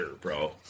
bro